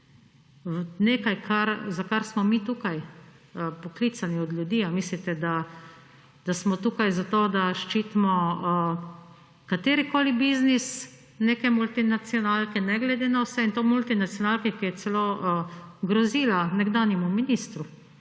nekaj, za kar smo mi tukaj poklicani od ljudi? Ali mislite, da smo tukaj zato, da ščitimo katerikoli biznis neke multinacionalke, ne glede na vse? In to multinacionalke, ki je celo grozila nekdanjemu ministru.